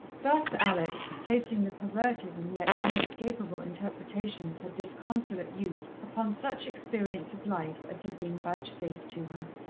thus alex, placing the perverted and yet unescapable interpretation of her disconsolate youth upon such experience of life as had been vouchsafed to her.